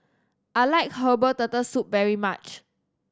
I like herbal Turtle Soup very much